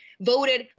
voted